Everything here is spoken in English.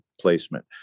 placement